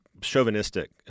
chauvinistic